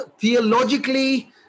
theologically